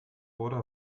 wurde